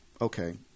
okay